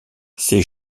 ces